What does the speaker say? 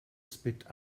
spit